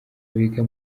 biga